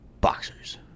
Boxers